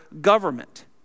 government